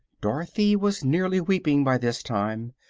dorothy was nearly weeping, by this time,